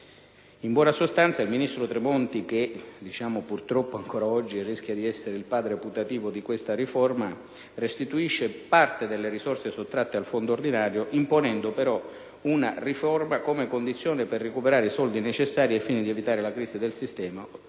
In buona sostanza, il ministro Tremonti, che purtroppo ancora oggi rischia di essere il padre putativo di questa riforma, restituisce parte delle risorse sottratte al fondo ordinario, imponendo una riforma come condizione per recuperare soldi necessari al fine di evitare la crisi del sistema